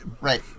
right